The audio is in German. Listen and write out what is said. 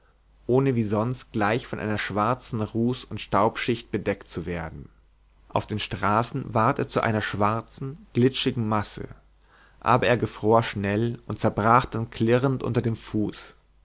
ohne wie sonst gleich von einer schwarzen ruß und staubschicht bedeckt zu werden auf den straßen ward er zu einer schwarzen glitschigen masse aber er gefror schnell und zerbrach dann klirrend unter dem fuß